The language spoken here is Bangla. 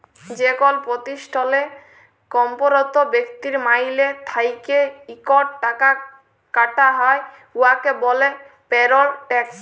যেকল পতিষ্ঠালে কম্মরত ব্যক্তির মাইলে থ্যাইকে ইকট টাকা কাটা হ্যয় উয়াকে ব্যলে পেরল ট্যাক্স